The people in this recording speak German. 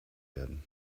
werden